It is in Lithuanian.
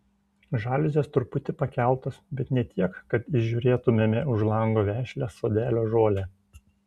žaliuzės truputį pakeltos bet ne tiek kad įžiūrėtumėme už lango vešlią sodelio žolę